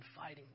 fighting